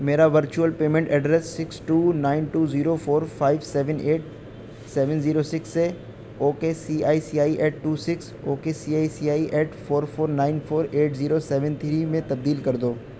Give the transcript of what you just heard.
میرا virtual payment address six two nine two zero four five seven eight seven zero six سے O K C I C I eight two six O K C I C I eight four four nine four eight zero seven three میں تبدیل کر دو